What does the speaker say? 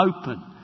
open